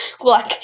look